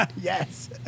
Yes